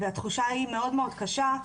והתחושה היא מאוד מאוד קשה,